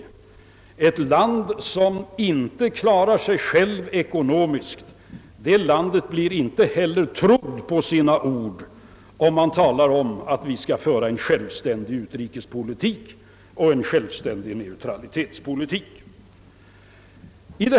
I ett land som inte klarar sig självt ekonomiskt blir man inte heller trodd, om man talar om att föra en självständig utrikesoch neutralitetspolitik.